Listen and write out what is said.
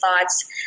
thoughts